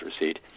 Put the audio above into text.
receipt